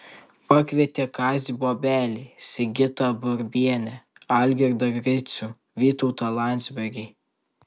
pakvietė kazį bobelį sigitą burbienę algirdą gricių vytautą landsbergį